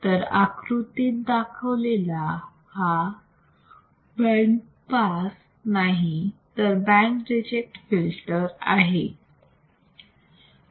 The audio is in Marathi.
तर आकृती दाखवलेला हा बँड पास नाही तर बँड रिजेक्ट फिल्टर आहे